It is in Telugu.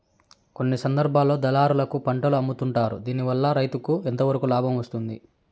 కొన్ని సందర్భాల్లో దళారులకు పంటలు అమ్ముతుంటారు దీనివల్ల రైతుకు ఎంతవరకు లాభం వస్తుంది?